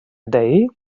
day